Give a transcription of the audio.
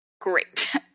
great